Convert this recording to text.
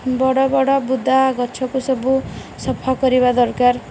ବଡ଼ ବଡ଼ ବୁଦା ଗଛକୁ ସବୁ ସଫା କରିବା ଦରକାର